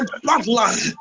bloodline